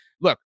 look